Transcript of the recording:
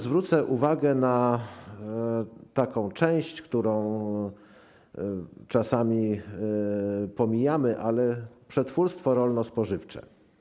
Zwrócę może uwagę na taką część, którą czasami pomijamy: przetwórstwo rolno-spożywcze.